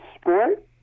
sport